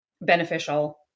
beneficial